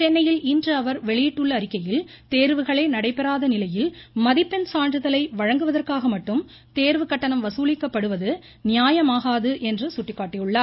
சென்னையில் இன்று அவர் வெளியிட்டுள்ள அறிக்கையில் கேர்வுகளே நடைபெறாத நிலையில் மதிப்பெண் சான்றிதழை வழங்குவதற்காக மட்டும் தேர்வுக் கட்டணம் வசூலிக்கப்படுவது நியாயமாகாது என்று சுட்டிக்காட்டியுள்ளார்